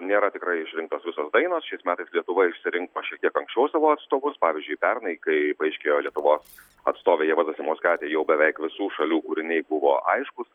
nėra tikrai išrinktos visos dainos šiais metais lietuva išsirinko šiek tiek anksčiau savo atstovus pavyzdžiui pernai kai paaiškėjo lietuvos atstovė ieva zasimauskaitė jau beveik visų šalių kūriniai buvo aiškus